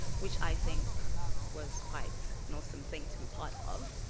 which i think was quite an awesome thing to be part of.